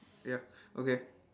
ya okay